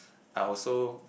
I also